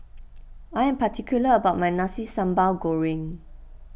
I am particular about my Nasi Sambal Goreng